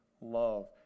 love